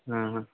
हाँ हाँ